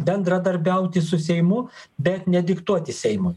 bendradarbiauti su seimu bet ne diktuoti seimui